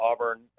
Auburn